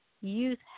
youth